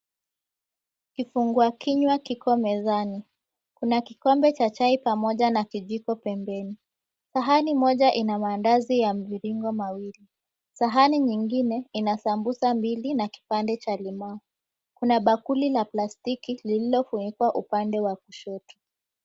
Kifungua kinywa kiko mezani. Kuna kikombe cha chai pamoja na kijiko pembeni. Sahani moja ina maandazi ya mviringo mawili, sahani nyingine ina sambusa mbili na kipande cha limau. Kuna bakuli la plastiki lililofunikwa upande wa kushoto.